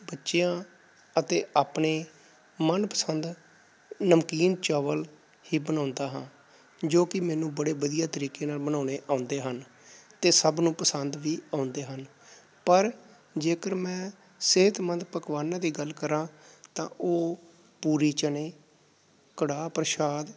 ਬੱਚਿਆਂ ਅਤੇ ਆਪਣੇ ਮਨਪਸੰਦ ਨਮਕੀਨ ਚਾਵਲ ਹੀ ਬਣਾਉਂਦਾ ਹਾਂ ਜੋ ਕਿ ਮੈਨੂੰ ਬੜੇ ਵਧੀਆ ਤਰੀਕੇ ਨਾਲ ਬਣਾਉਣੇ ਆਉਂਦੇ ਹਨ ਅਤੇ ਸਭ ਨੂੰ ਪਸੰਦ ਵੀ ਆਉਂਦੇ ਹਨ ਪਰ ਜੇਕਰ ਮੈਂ ਸਿਹਤਮੰਦ ਪਕਵਾਨਾਂ ਦੀ ਗੱਲ ਕਰਾਂ ਤਾਂ ਉਹ ਪੂਰੀ ਚਨੇ ਕੜਾਹ ਪ੍ਰਸ਼ਾਦ